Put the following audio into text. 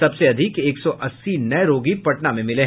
सबसे अधिक एक सौ अस्सी नए रोगी पटना में मिले